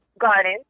Garden